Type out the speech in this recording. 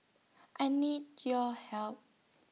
I need your help